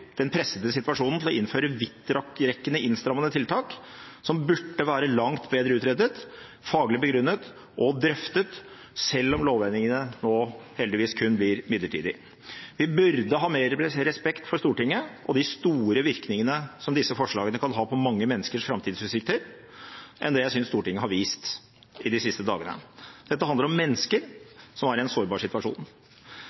den pressede situasjonen til å innføre vidtrekkende, innstrammende tiltak som burde vært langt bedre utredet, faglig begrunnet og drøftet, selv om lovendringene nå heldigvis kun blir midlertidig. Vi burde ha mer respekt for Stortinget og for de store virkningene som disse forslagene kan ha på mange menneskers framtidsutsikter, enn det jeg synes Stortinget har vist de siste dagene. Dette handler om mennesker som er i en sårbar situasjon.